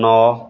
नौ